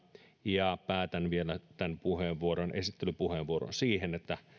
ja päätän vielä tämän esittelypuheenvuoron siihen että